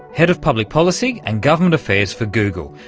head of public policy and government affairs for google,